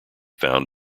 found